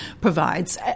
provides